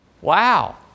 Wow